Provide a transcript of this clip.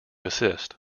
assist